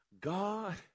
God